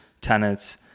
tenants